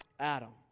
Adam